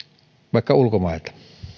vaikka ulkomailta